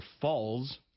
falls